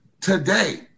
today